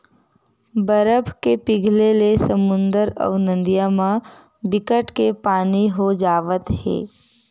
बरफ के पिघले ले समुद्दर अउ नदिया म बिकट के पानी हो जावत हे